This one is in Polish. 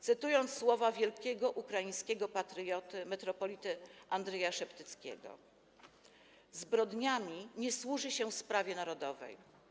Cytując słowa wielkiego ukraińskiego patrioty metropolity Andreja Szeptyckiego: Zbrodniami nie służy się sprawie narodowej.